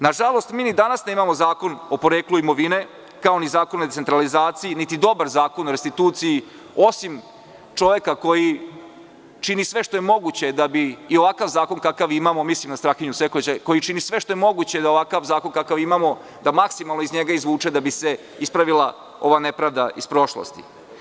Nažalost, mi ni danas nemamo zakon o poreklu imovine, kao ni zakon o decentralizaciji, niti dobar zakon o restituciji, osim čoveka koji čini sve što je moguće da iz ovakvog zakona kakav imamo, a mislim na Strahinju Sekulića, maksimalno iz njega izvuče da bi se ispravila ova nepravda iz prošlosti.